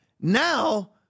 now